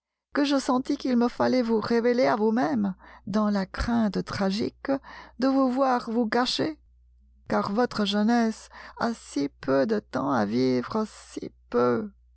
que je sentis qu'il me fallait vous révéler à vous-même dans la crainte tragique de vous voir vous gâcher car votre jeunesse a si peu de temps à vivre si peu